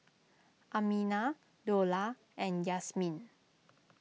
Aminah Dollah and Yasmin